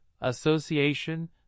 association